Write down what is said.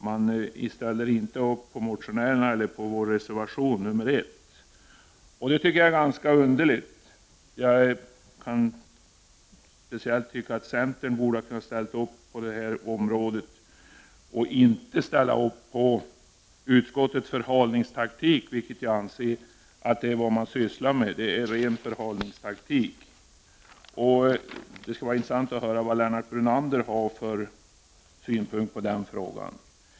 Man ställer sig inte bakom det som vi anför i reservation nr 1, och det tycker jag är ganska underligt. Jag tycker speciellt att centern borde ha ställt sig bakom dessa tankegångar och inte bakom den förhalningstaktik som jag anser att utskottet har. Det är fråga om en ren förhalningsteknik. Det skulle vara intressant att höra vad Lennart Brunander har för synpunkter i den frågan.